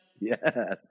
Yes